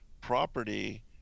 property